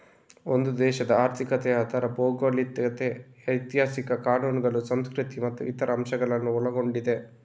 ಒಂದು ದೇಶದ ಆರ್ಥಿಕತೆ ಅದರ ಭೌಗೋಳಿಕತೆ, ಇತಿಹಾಸ, ಕಾನೂನುಗಳು, ಸಂಸ್ಕೃತಿ ಮತ್ತು ಇತರ ಅಂಶಗಳನ್ನ ಒಳಗೊಂಡಿದೆ